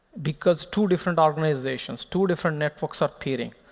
because two different organizations, two different networks are peering,